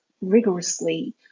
rigorously